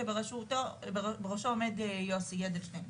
שבראשו עומד יוסי אדלשטיין.